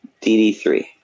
DD3